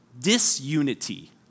disunity